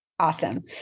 Awesome